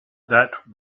that